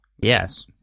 Yes